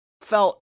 felt